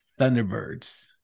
Thunderbirds